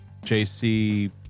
JC